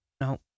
no